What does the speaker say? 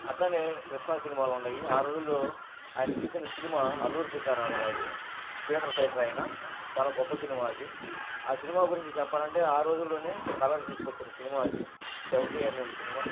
అట్లానే క్రిష్ణ సినిమాలు ఉండయి ఆ రోజుల్లో ఆయన తీసిన సినిమా అల్లూరు సీతాారమరాజు ఫియటర్ ఫైటర్ అయినా చాలా గొప్ప సినిమా అది ఆ సినిమా గురించి చెప్పాలంటే ఆ రోజుల్లోనే కలర్ తీసుకొచ్చిన సినిమా అది సెవెంటీ ఎంఎం సినిమా